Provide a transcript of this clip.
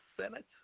Senate